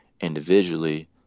individually